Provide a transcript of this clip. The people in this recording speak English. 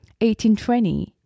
1820